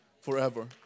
forever